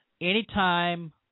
Anytime